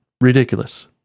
ridiculous